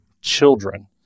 children